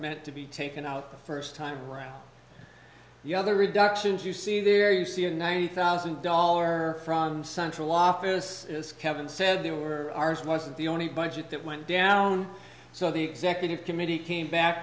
meant to be taken out the first time round the other reductions you see there you see a ninety thousand dollar from central office as kevin said they were ours most of the only budget that went down so the executive committee came back